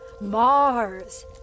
Mars